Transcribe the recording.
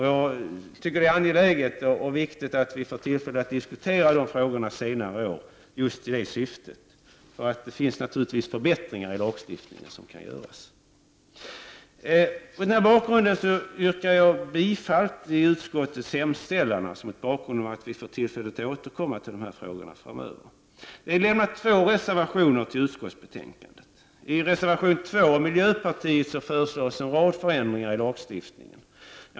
Jag tycker att det är angeläget att vi får tillfälle att diskutera dessa frågor senare i år just i det syftet, för det kan naturligtvis göras förbättringar i lagstiftningen. Mot denna bakgrund och med hänvisning till att vi återkommer till debatt i dessa frågor framöver yrkar jag bifall till utskottets hemställan. Två reservationer har avgetts till utskottsbetänkandet. I reservation 2 från miljöpartiet föreslås en rad förändringar i lagstiftningen.